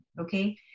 okay